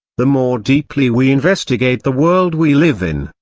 the more deeply we investigate the world we live in,